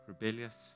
rebellious